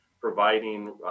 providing